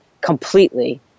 completely